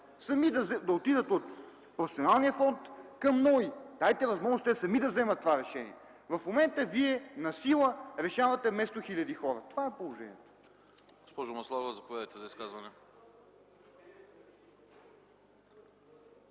сами да отидат от професионалния фонд към НОИ. Дайте възможност те сами да вземат това решение. В момента вие насила решавате вместо хиляди хора. Това е положението!